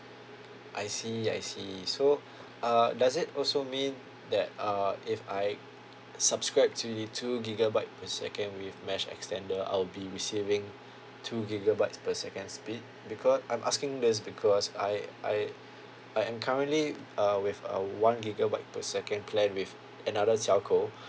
I see I see so uh does it also mean that uh if I subscribe to your two gigabyte per second with mesh extender I'll be receiving two gigabytes per second speed because I'm asking this because I I I am currently uh with a with one gigabyte per second plan with another telco